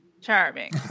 charming